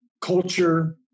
culture